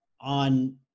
on